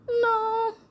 no